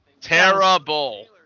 Terrible